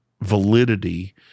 validity